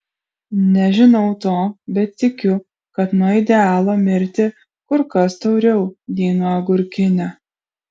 nežinau to bet tikiu kad nuo idealo mirti kur kas tauriau nei nuo agurkinio